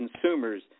consumers